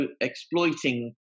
exploiting